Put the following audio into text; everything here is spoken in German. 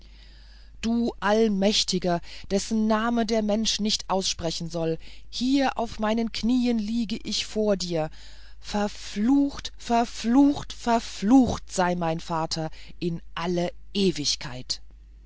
du allmächtiger dessen namen der mensch nicht aussprechen soll hier auf meinen knien liege ich vor dir verflucht verflucht verflucht sei mein vater in alle ewigkeit